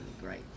great